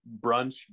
brunch